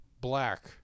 black